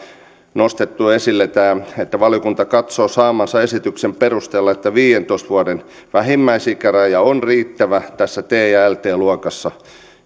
nostettu esille tämä että valiokunta katsoo saamansa selvityksen perusteella että viidentoista vuoden vähimmäisikäraja on riittävä t ja lt luokassa ja